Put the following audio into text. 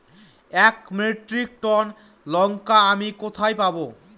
এক metric ton লঙ্কা আমি কোথায় পাবো?